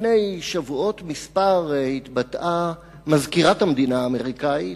לפני שבועות אחדים התבטאה מזכירת המדינה האמריקנית,